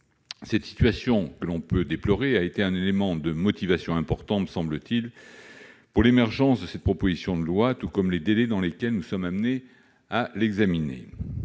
Cette situation, que l'on peut déplorer, a été un élément de motivation important pour l'émergence de cette proposition de loi, tout comme elle explique les délais dans lesquels nous sommes amenés à l'examiner.